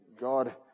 God